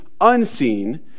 unseen